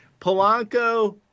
Polanco